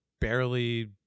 barely